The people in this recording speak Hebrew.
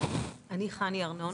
אני חני ארנון.